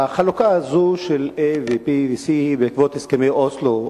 החלוקה הזאת של A ו-B ו-C בעקבות הסכמי אוסלו,